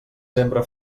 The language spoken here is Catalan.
setembre